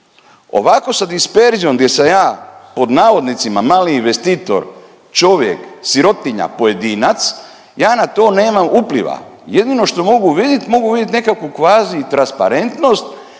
Ovako sa disperzijom gdje sam ja pod navodnicima mali investitor, čovjek, sirotinja, pojedinac, ja na to nemam upliva. Jedino što mogu vidit, mogu vidit nekakvu kvazi transparentnost